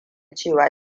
cewa